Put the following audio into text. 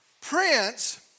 Prince